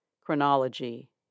Chronology